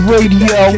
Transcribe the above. Radio